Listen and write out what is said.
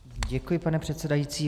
Děkuji, pane předsedající.